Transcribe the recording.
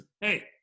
hey